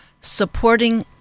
supporting